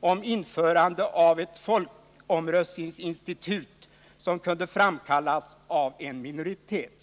om införande av ett folkomröstningsinstitut som kunde framkallas av en minoritet.